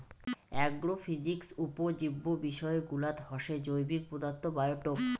agrophysics উপজীব্য বিষয়গুলাত হসে জৈবিক পদার্থ, বায়োটোপ